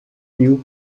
new